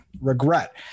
regret